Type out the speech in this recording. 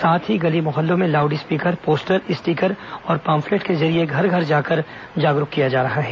साथ ही गली मोहल्लों में लाउड स्पीकर पोस्टर स्टीकर और पाम्पलेट के जरिये घर घर जाकर जागरूक किया जा रहा है